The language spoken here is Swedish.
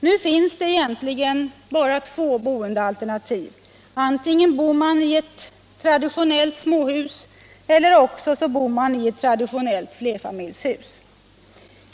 Nu finns det egentligen bara två boendealternativ. Antingen bor man i ett traditionellt småhus eller också bor man i ett traditionellt flerfamiljshus.